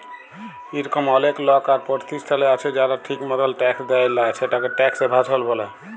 ইরকম অলেক লক আর পরতিষ্ঠাল আছে যারা ঠিক মতল ট্যাক্স দেয় লা, সেটকে ট্যাক্স এভাসল ব্যলে